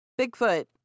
Bigfoot